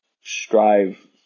strive